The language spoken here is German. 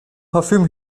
parfüm